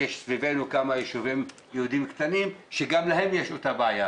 יש מסביבנו יש כמה יישובים יהודיים קטנים שגם להם יש אותה בעיה,